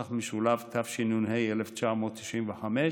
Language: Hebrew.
התשנ"ה 1995,